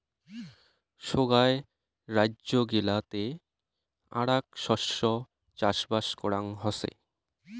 সোগায় রাইজ্য গিলাতে আরাক শস্য চাষবাস করাং হসে